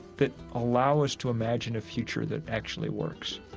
that allow us to imagine a future that actually works